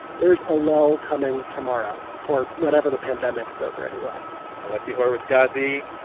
there's a lull coming tomorrow or whenever the pandemic is over anyway alexi horowitz-ghazi,